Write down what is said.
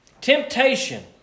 Temptation